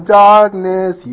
darkness